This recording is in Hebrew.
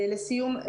לסיום.